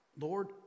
Lord